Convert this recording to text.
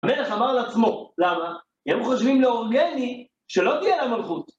המלך אמר לעצמו, למה? הם חושבים להורגני שלא תהיה להם מלכות.